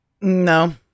No